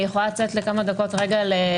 אני יכולה לצאת לכמה דקות ולבדוק?